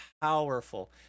powerful